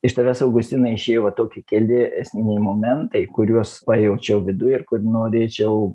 iš tavęs augustinai išėjo va tokie keli esminiai momentai kuriuos pajaučiau viduj ir kur norėčiau